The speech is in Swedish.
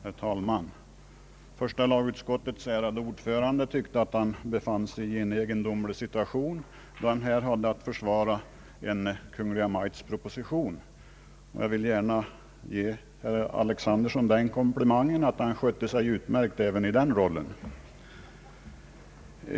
Herr talman! Första lagutskottets ärade ordförande tyckte att han befann sig i en egendomlig situation då han här hade att försvara en Kungl. Maj:ts proposition. Jag vill gärna ge herr Alexanderson den komplimangen att han skötte sig utmärkt även i den rollen.